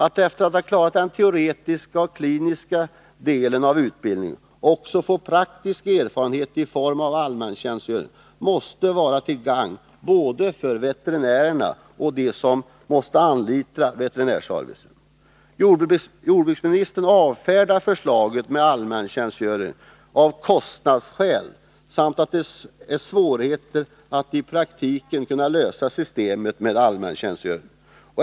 Att efter att ha klarat den teoretiska och kliniska delen av utbildningen också få praktisk erfarenhet i form av allmäntjänstgöring måste vara till gagn både för veterinären och för dem som måste anlita veterinärservicen. Jordbruksministern avfärdar förslaget om allmäntjänstgöring av kostnadsskäl samt med en hänvisning till att det är svårigheter att i praktiken genomföra systemet med allmäntjänstgöring.